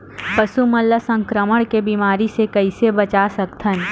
पशु मन ला संक्रमण के बीमारी से कइसे बचा सकथन?